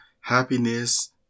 happiness